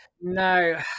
No